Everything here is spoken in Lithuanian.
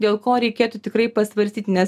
dėl ko reikėtų tikrai pasvarstyt nes